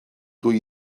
dwy